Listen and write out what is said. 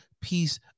piece